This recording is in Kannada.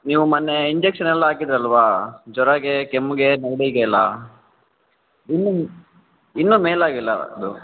ನೀವು ಮೊನ್ನೆ ಇಂಜೆಕ್ಷನ್ ಎಲ್ಲ ಹಾಕಿದ್ರಲ್ವ ಜ್ವರಕ್ಕೆ ಕೆಮ್ಮಿಗೆ ನೆಗಡಿಗೆಲ್ಲ ಇನ್ನೂ ಇನ್ನೂ ಮೇಲಾಗಿಲ್ಲ ಅದು